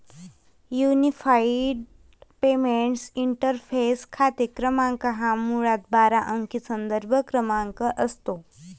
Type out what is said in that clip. unified payments interface खाते क्रमांक हा मुळात बारा अंकी संदर्भ क्रमांक असतो